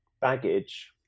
baggage